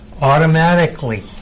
Automatically